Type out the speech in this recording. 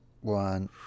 one